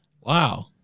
wow